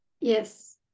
Yes